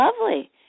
lovely